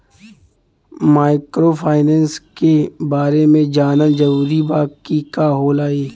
Microfinance के बारे में जानल जरूरी बा की का होला ई?